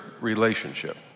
relationship